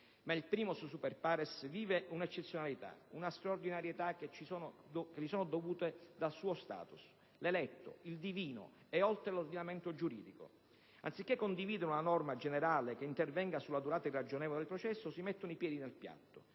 Ma il *primus super pares* vive un'eccezionalità ed una straordinarietà che gli sono dovute dal suo *status*. L'eletto, il divino, è oltre l'ordinamento giuridico. Anziché condividere una norma generale che intervenga sulla durata irragionevole del processo, si mettono i piedi nel piatto.